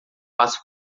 passa